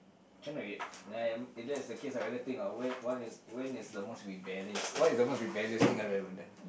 trying to be if that's the case I rather think of when what when is the most rebellious what is the most rebellious thing I have ever done